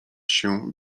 się